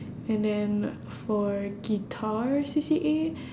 and then for guitar C_C_A